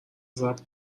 صبر